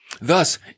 thus